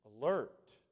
alert